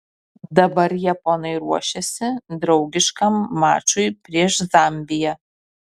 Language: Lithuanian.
dabar japonai ruošiasi draugiškam mačui prieš zambiją